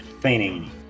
feigning